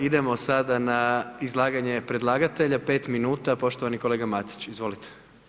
Idemo sada na izlaganje predlagatelja, 5 minuta, poštovani kolega Matić, izvolite.